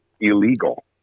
illegal